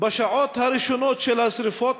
בשעות הראשונות של השרפות,